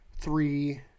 three